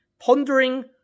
pondering